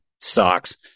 socks